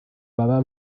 baba